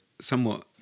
somewhat